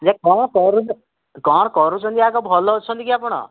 ଯେ କ'ଣ କରୁଛ କ'ଣ କରୁଛନ୍ତି ଆଗ ଭଲ ଅଛନ୍ତି କି ଆପଣ